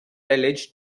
alleged